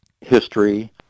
history